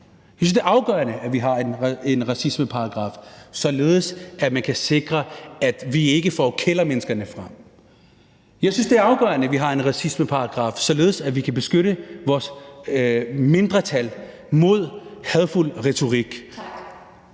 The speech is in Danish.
Jeg synes, det er afgørende, at vi har en racismeparagraf, således at man kan sikre, at vi ikke får kældermenneskerne frem. Jeg synes, det er afgørende, at vi har en racismeparagraf, således at vi kan beskytte vores mindretal mod hadefuld retorik.